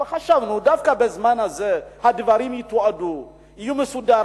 שדווקא בזמן הזה הדברים יתועדו וזה יהיה מסודר.